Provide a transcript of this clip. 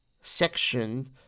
section